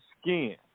skin